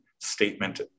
statement